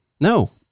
No